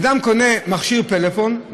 אדם קונה מכשיר פלאפון,